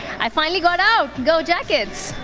i finally got out, go jackets!